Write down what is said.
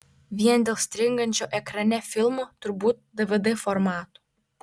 vien dėl stringančio ekrane filmo turbūt dvd formato